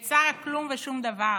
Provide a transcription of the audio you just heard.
ואת שר כלום ושום דבר.